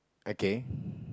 okay